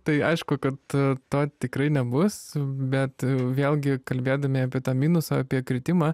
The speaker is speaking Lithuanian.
tai aišku kad to tikrai nebus bet vėlgi kalbėdami apie tą minusą apie kritimą